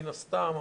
מן הסתם,